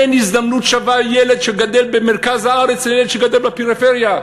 אין הזדמנות שווה לילד שגדל במרכז הארץ ולילד שגדל בפריפריה.